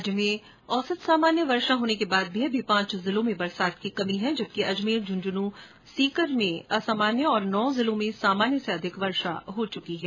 राज्य में औसत सामान्य वर्षा हो जाने के बाद भी अभी पांच जिलों में बरसात की कमी है जबकि अजमेर झंझनूं तथा सीकर जिलों में असामान्य तथा नौ जिलों में सामान्य से अधिक बारिश हो चुकी है